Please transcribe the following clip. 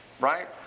right